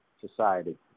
society